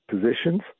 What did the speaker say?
positions